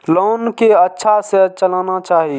Loan के अच्छा से चलाना चाहि?